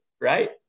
right